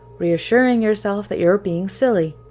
reassuring yourself that you're being silly.